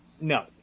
No